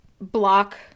block